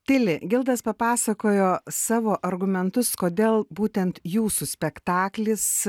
tili gildas papasakojo savo argumentus kodėl būtent jūsų spektaklis